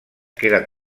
queden